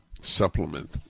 supplement